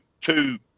two